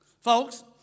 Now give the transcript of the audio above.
Folks